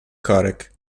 korek